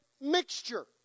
mixture